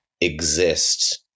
exist